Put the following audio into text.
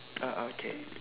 uh ah okay